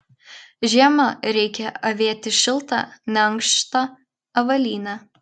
žiemą reikia avėti šiltą neankštą avalynę